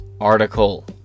article